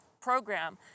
program